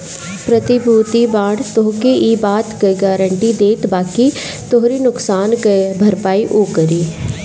प्रतिभूति बांड तोहके इ बात कअ गारंटी देत बाकि तोहरी नुकसान कअ भरपाई उ करी